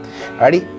Alrighty